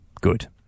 Good